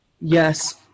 Yes